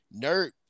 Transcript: Nerd